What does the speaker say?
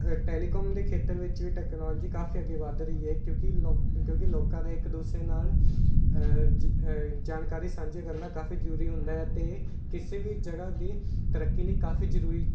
telecom ਦੇ ਖੇਤਰ ਵਿੱਚ ਵੀ ਟੈਕਨੋਲਜੀ ਕਾਫੀ ਅੱਗੇ ਵੱਧ ਰਹੀ ਹੈ ਕਿਉਂਕੀ ਲੋਕ ਕਿਉਂਕੀ ਲੋਕਾਂ ਦਾ ਇੱਕ ਦੂਸਰੇ ਨਾਲ ਜ ਜਾਣਕਾਰੀ ਸਾਂਝੇ ਕਰਨਾ ਕਾਫੀ ਜ਼ਰੂਰੀ ਹੁੰਦਾ ਹੈ ਅਤੇ ਕਿਸੇ ਵੀ ਜਗ੍ਹਾ ਦੀ ਤਰੱਕੀ ਲਈ ਕਾਫੀ ਜ਼ਰੂਰੀ